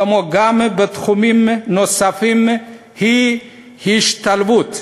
כמו גם בתחומים נוספים, היא השתלבות.